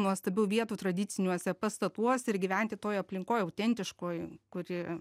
nuostabių vietų tradiciniuose pastatuose ir gyventi toj aplinkoj autentiškoj kuri